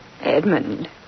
Edmund